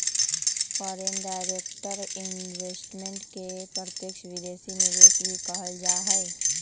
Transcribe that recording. foreign direct investment के प्रत्यक्ष विदेशी निवेश भी कहल जा हई